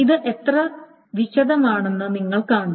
ഇത് എത്ര വിശദമാണെന്ന് നിങ്ങൾ കാണുന്നു